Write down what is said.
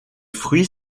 fruits